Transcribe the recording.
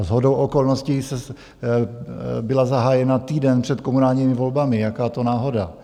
Shodou okolností byla zahájena týden před komunálními volbami, jaká to náhoda.